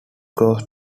close